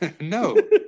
No